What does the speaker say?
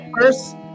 first